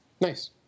Nice